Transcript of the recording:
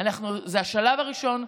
זה השלב הראשון.